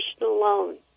alone